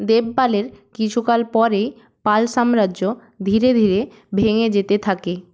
দেবপালের কিছুকাল পরে পাল সাম্রাজ্য ধীরে ধীরে ভেঙে যেতে থাকে